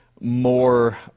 more